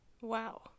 Wow